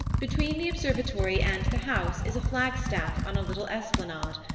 between the observatory and the house is a flagstaff on a little esplanade,